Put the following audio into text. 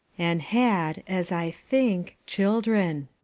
and had, as i think, children.